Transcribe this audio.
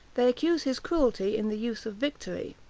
they accuse his cruelty in the use of victory.